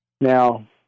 Now